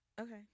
Okay